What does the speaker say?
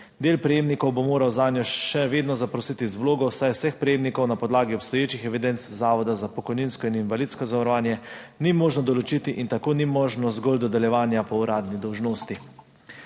Del prejemnikov bo moralo zanjo še vedno zaprositi z vlogo, saj vseh prejemnikov na podlagi obstoječih evidenc Zavoda za pokojninsko in invalidsko zavarovanje ni možno določiti, in tako ni možno zgolj dodeljevanje po uradni dolžnosti.